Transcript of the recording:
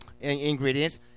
ingredients